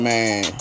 Man